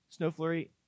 Snowflurry